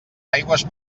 aigües